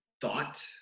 thought